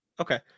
Okay